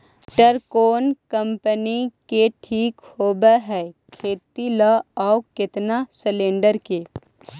Tractor कोन company के ठीक होब है खेती ल औ केतना सलेणडर के?